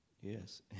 Yes